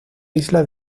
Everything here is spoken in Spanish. isla